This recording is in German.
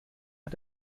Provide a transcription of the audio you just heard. hat